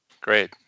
Great